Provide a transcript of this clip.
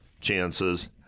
chances